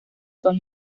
son